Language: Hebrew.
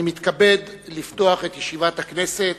אני מתכבד לפתוח את ישיבת הכנסת.